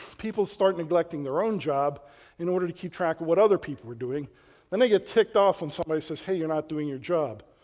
people start neglecting their own job in order to keep track of what other people are doing then they get ticked off when somebody says, hey, you're not doing your job.